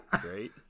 great